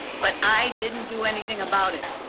but i didn't do anything about it.